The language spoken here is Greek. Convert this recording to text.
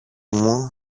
μου